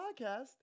podcast